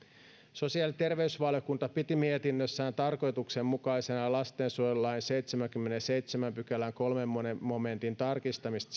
sosiaali ja terveysvaliokunta piti mietinnössään tarkoituksenmukaisena lastensuojelulain seitsemännenkymmenennenseitsemännen pykälän kolmannen momentin tarkistamista